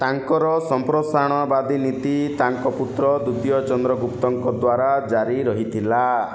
ତାଙ୍କର ସମ୍ପ୍ରସାରଣବାଦୀ ନୀତି ତାଙ୍କ ପୁତ୍ର ଦ୍ୱିତୀୟ ଚନ୍ଦ୍ରଗୁପ୍ତଙ୍କ ଦ୍ୱାରା ଜାରି ରହିଥିଲା